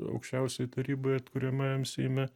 aukščiausioj taryboj atkuriamajam seime